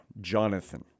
Jonathan